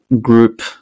group